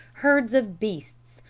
herds of beasts,